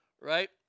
Right